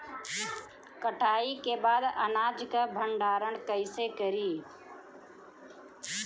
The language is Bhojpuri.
कटाई के बाद अनाज का भंडारण कईसे करीं?